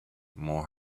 more